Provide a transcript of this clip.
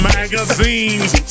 magazines